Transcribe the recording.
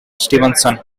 stevenson